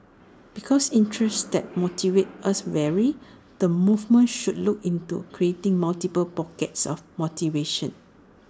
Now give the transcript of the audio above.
because interests that motivate us vary the movement should look into creating multiple pockets of motivation